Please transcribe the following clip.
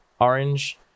orange